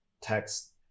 text